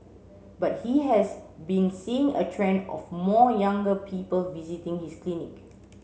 but he has been seeing a trend of more younger people visiting his clinic